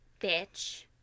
bitch